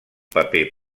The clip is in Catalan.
paper